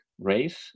race